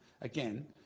again